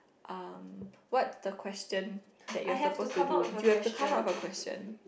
uh what the question that you are supposed to do you have to come up with a question